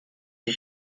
die